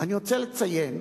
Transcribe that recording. אני רוצה לציין,